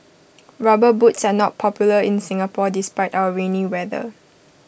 rubber boots are not popular in Singapore despite our rainy weather